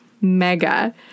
Mega